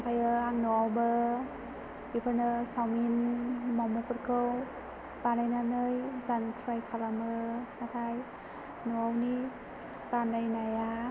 ओमफ्रायो आं न'आवबो बेफोरनो सावमिन मम'फोरखौ बानायनानै जानो थ्राइ खालामो नाथाय न'आवनि बानायनाया